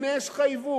הנה, יש לך עיוות.